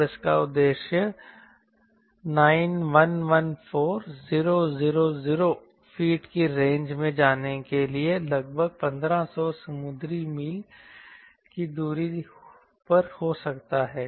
और इसका उद्देश्य 9114000 फीट की रेंज में जाने के लिए लगभग 1500 समुद्री मील की दूरी पर हो सकता है